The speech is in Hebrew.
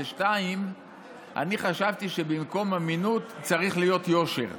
2. אני חשבתי שבמקום אמינות צריך להיות יושר.